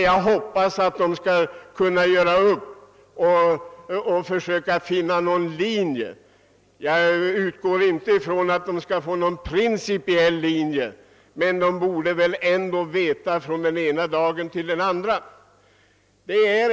Jag hoppas att de, när de har tagit sig upp ur diket, har funnit någon linje för sitt handlande. Jag utgår inte från att de skall kunna finna någon principiell linje, men de borde väl ändå veta från den ena dagen till den andra vad de vill.